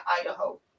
Idaho